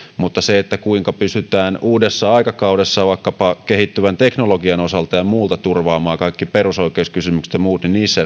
mutta siinä kuinka pystytään uudella aikakaudella vaikkapa kehittyvän teknologian osalta ja muuten turvaamaan kaikki perusoikeuskysymykset ja muut